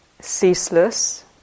ceaseless